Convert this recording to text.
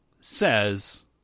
says